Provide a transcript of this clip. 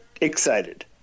excited